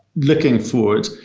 looking forward,